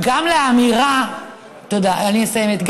אני מסיימת.